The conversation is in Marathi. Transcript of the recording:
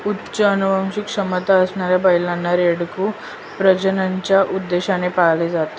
उच्च अनुवांशिक क्षमता असणाऱ्या बैलांना, रेडकू प्रजननाच्या उद्देशाने पाळले जाते